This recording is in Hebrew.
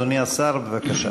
אדוני השר, בבקשה.